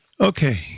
Okay